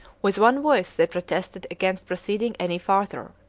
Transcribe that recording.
with one voice they protested against proceeding any farther.